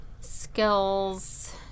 Skills